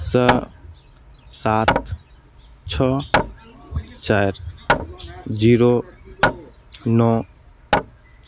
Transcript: सँ सात छओ चारि जीरो नओ